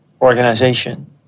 organization